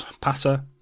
passer